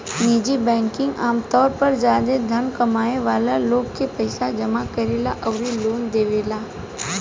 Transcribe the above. निजी बैंकिंग आमतौर पर ज्यादा धन कमाए वाला लोग के पईसा जामा करेला अउरी लोन देवेला